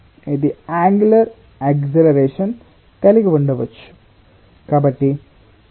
ఇది angular acceleration కలిగి ఉండవచ్చు